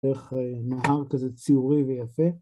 ‫איך נהר כזה ציורי ויפה.